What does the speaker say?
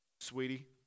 sweetie